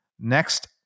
Next